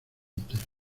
entero